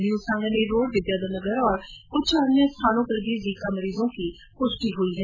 new Sanganer road Vidyadhar Nagar और कुछ अन्य स्थानों पर भी जीका मरीजों की पुष्टि हुई है